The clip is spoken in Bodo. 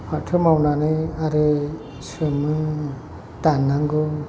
फाथो मावनानै आरो सोमो दाननांगौ